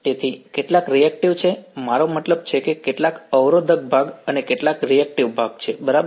તેથી કેટલાક રીએક્ટીવ છે મારો મતલબ છે કે કેટલાક અવરોધક ભાગ અને કેટલાક રીએક્ટીવ ભાગ છે બરાબર